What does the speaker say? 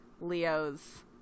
Leo's